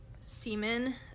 semen